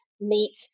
meet